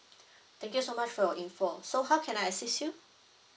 thank you so much for your info so how can I assist you